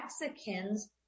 Mexicans